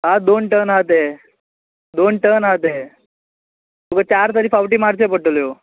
आं दोन टर्न हा ते दोन टर्न हा ते तुका चार तरी पावटी मारच्यो पडटल्यो